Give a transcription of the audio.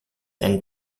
and